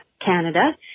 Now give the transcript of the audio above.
Canada